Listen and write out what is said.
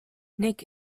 nick